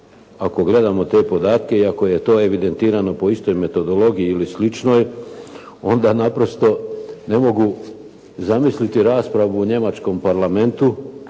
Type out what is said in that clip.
Ako gledamo te podatke i ako je to evidentirano po istoj metodologiji ili sličnoj, onda naprosto ne mogu zamisliti raspravu u njemačkom Parlamentu,